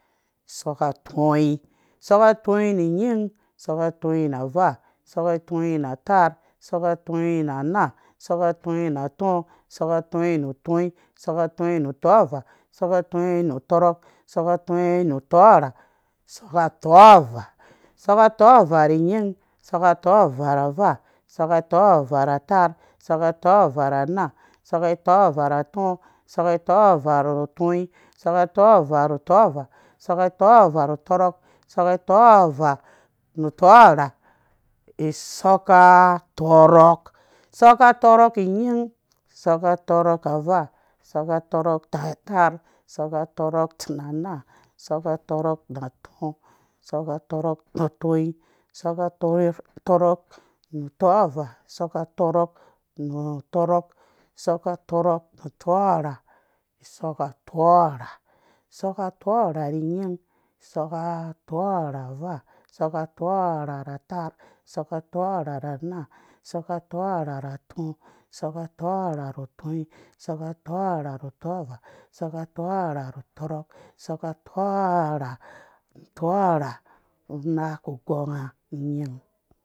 Soka tɔnyin soka tɔnyin nu ungin soka tɔnyin nu unvaa soka tɔnyin nu untaar soka tɔnyin nu unaa soka tɔnyin nu utɔɔ soka tɔnyin nu tɔnyin soka tɔnyin nu tɔvaa soka tɔnyin nu tɔrok soka tɔnyin nu tɔrha soka tɔvaa nu ungin soka tɔvaa nu unvaa soka tɔvaa nu untaar soka tɔvaa nu unaa soka tɔvaa nu utɔɔ soka tɔvaa nu tɔnyin soka tɔvaa nu tɔvaa soka tɔvaa nu tɔrok soka tɔvaa nu tɔrha soka tɔrok nu ungin soka tɔrok nu unvaa soka tɔrok nu untaar soka tɔrok nu unaa soka tɔrok nu utɔɔ soka tɔrok nu tɔnyin soka tɔrok nu tɔvaa soka tɔrok nu tɔrok soka tɔrok nu tɔrha soka tɔrha nu ungin soka tɔrha nu unvaa soka tɔrha nu untaar soka tɔrha nu unaa soka tɔrha nu utɔɔ soka tɔrha nu tɔnyin soka tɔrha nu tɔvaa soka tɔrha nu tɔrok soka tɔrha nu tɔrha unaku gɔnga nyin